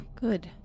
good